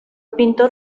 pintor